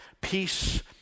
Peace